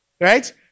right